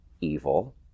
evil